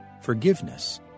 forgiveness